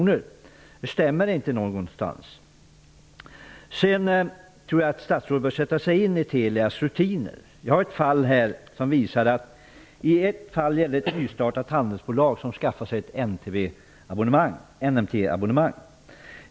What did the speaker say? Får man det inte att stämma någonstans? Statsrådet bör nog sätta sig in i Telias rutiner. Jag har studerat ett fall. Det gällde ett nystartat handelsbolag som skaffade sig ett NMT abonnemang.